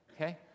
Okay